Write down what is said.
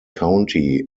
county